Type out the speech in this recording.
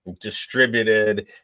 distributed